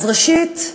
ראשית,